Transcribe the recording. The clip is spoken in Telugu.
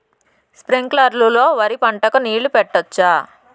స్ప్రింక్లర్లు లో వరి పంటకు నీళ్ళని పెట్టొచ్చా?